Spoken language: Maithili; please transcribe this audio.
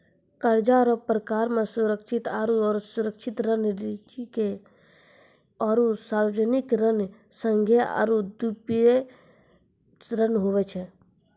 कर्जा रो परकार मे सुरक्षित आरो असुरक्षित ऋण, निजी आरो सार्बजनिक ऋण, संघीय आरू द्विपक्षीय ऋण हुवै छै